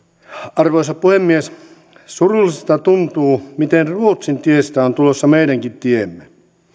arvoisa puhemies surulliselta tuntuu se miten ruotsin tiestä on tulossa meidänkin tiemme